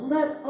Let